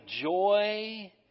joy